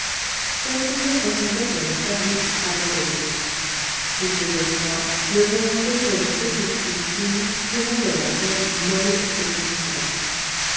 cette maison ressemblait à une fabrique abandonnée il faisait froid le vent fouettait une petite pluie fine qui rendait la terre molle et glissante